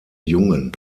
jungen